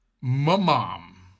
mom